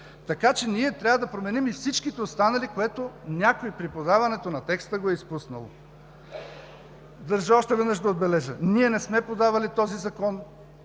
Така че ние трябва да променим всичките останали – някой при подаването на текста го е изпуснал. Държа още веднъж да отбележа – ние не сме подавали този закон,